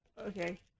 Okay